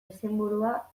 izenburua